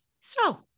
so-